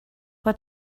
what